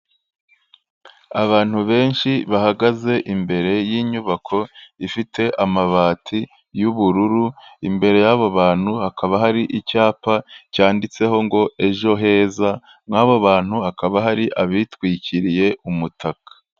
Abantu benshi bahagaze imbere y'inyubako ifite amabati y'ubururu, imbere y'abo bantu hakaba hari icyapa cyanditseho ngo ejo heza, muri aba bantu hakaba hari abitwikiriye umutaka.